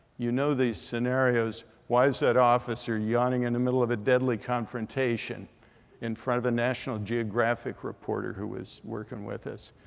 you know these scenarios. why is that officer yawning in the middle of a deadly confrontation in front of a national geographic reporter who was working with us?